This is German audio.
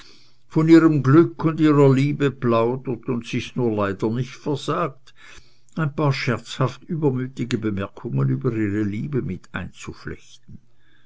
von ihrem glück und ihrer liebe plaudert und sich's nur leider nicht versagt ein paar scherzhaft übermütige bemerkungen über ihre liebe mit einzuflechten